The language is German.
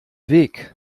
weg